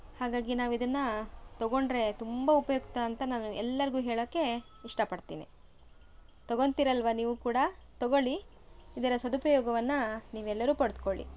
ಹಾಗಾಗಿ ನಾವು ಇದನ್ನ ತಗೊಂಡರೆ ತುಂಬ ಉಪಯುಕ್ತ ಅಂತ ನಾನು ಎಲ್ಲರಿಗು ಹೇಳೋಕೆ ಇಷ್ಟಪಡ್ತೀನಿ ತಗೊತಿರಲ್ವ ನೀವು ಕೂಡ ತಗೊಳ್ಳಿ ಇದರ ಸದುಪಯೋಗವನ್ನು ನೀವೆಲ್ಲರು ಪಡೆದ್ಕೊಳ್ಳಿ